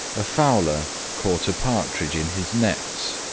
a fowler caught a partridge in his nets,